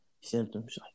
symptoms